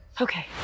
Okay